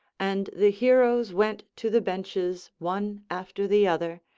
and the heroes went to the benches one after the other,